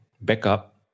backup